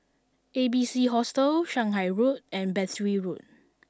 A B C Hostel Shanghai Road and Battery Road